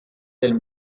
del